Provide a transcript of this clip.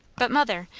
but, mother,